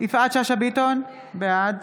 יפעת שאשא ביטון, בעד